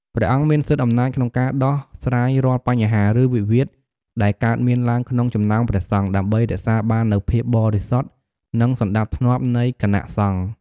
ព្រះអង្គមានសិទ្ធិអំណាចក្នុងការដោះស្រាយរាល់បញ្ហា ឬវិវាទដែលកើតមានឡើងក្នុងចំណោមព្រះសង្ឃ ដើម្បីរក្សាបាននូវភាពបរិសុទ្ធ និងសណ្ដាប់ធ្នាប់នៃគណៈសង្ឃ។